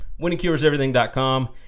winningcureseverything.com